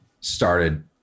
started